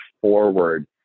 forward